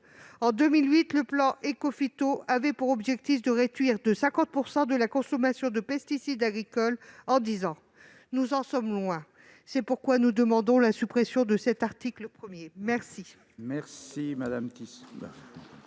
En 2008, le plan Écophyto se fixait l'objectif de réduire de 50 % la consommation de pesticides agricoles en dix ans. Nous en sommes loin ! C'est pourquoi nous demandons la suppression de l'article 1. La